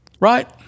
right